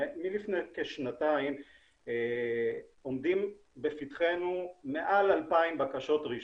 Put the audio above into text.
מלפני כשנתיים עומדים לפתחנו מעל 2,000 בקשות רישוי,